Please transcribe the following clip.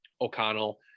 O'Connell